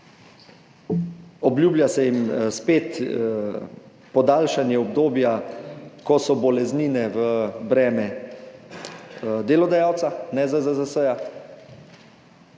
Obljublja se jim spet podaljšanje obdobja, ko so boleznine v breme delodajalca, ne ZZZS,